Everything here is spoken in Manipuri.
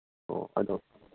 ꯑꯣ ꯑꯗꯣ